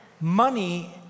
Money